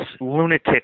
lunatic